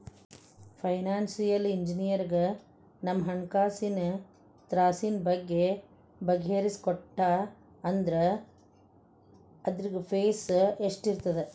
Financial ಇಂಜಿನಿಯರಗ ನಮ್ಹಣ್ಕಾಸಿನ್ ತ್ರಾಸಿನ್ ಬಗ್ಗೆ ಬಗಿಹರಿಸಿಕೊಟ್ಟಾ ಅಂದ್ರ ಅದ್ರ್ದ್ ಫೇಸ್ ಎಷ್ಟಿರ್ತದ?